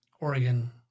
Oregon